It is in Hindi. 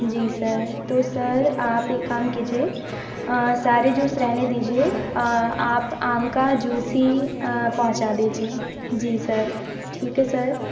जी सर तो सर आप एक काम कीजिए सारे जूस रहने दीजिए आप आम का जूस ही पहुँचा दीजिए जी सर ठीक है सर